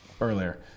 earlier